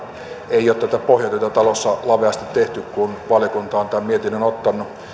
ei ole pohjatyötä talossa laveasti tehty kun valiokunta on tämän mietinnön ottanut